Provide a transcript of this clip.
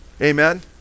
Amen